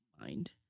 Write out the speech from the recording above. mind